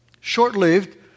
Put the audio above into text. short-lived